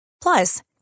Plus